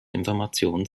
informationen